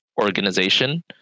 organization